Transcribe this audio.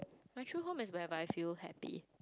actual home is whereby I feel happy